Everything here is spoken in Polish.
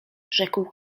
rzekł